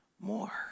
more